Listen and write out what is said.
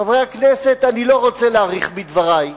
חברי הכנסת, אני לא רוצה להאריך בדברי.